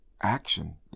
action